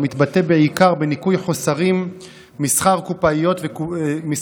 המתבטא בעיקר בניכוי חוסרים משכר קופאים,